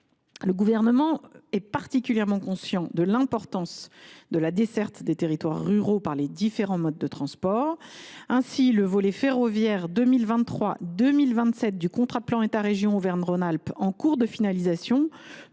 Le Gouvernement est particulièrement conscient de l’importance de la desserte des territoires ruraux par les différents modes de transports. Aussi, le volet ferroviaire 2023 2027 du CPER Auvergne Rhône Alpes, en cours de finalisation,